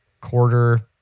quarter